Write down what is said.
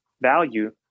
value